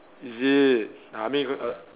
is it I mean err err